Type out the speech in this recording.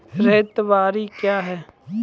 रैयत बाड़ी क्या हैं?